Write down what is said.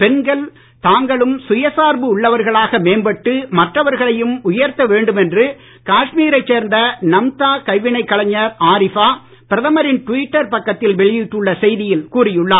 பெண்கள் தாங்களும் சுய சார்பு உள்ளவர்களாக மேம்பட்டு மற்றவர்களையும் உயர்த்த வேண்டும் என்று காஷ்மீரை சேர்ந்த நம்தா கைவினை கலைஞர் ஆரிஃபா பிரதமரின் ட்விட்டர் பக்கத்தில் வெளியிட்டுள்ள செய்தியில் கூறியுள்ளார்